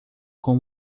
com